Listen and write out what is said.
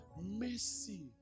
Mercy